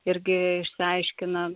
irgi išsiaiškina